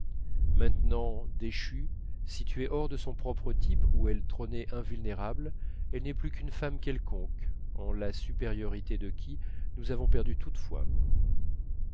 maintenant déchue située hors de son propre type où elle trônait invulnérable elle n'est plus qu'une femme quelconque en la supériorité de qui nous avons perdu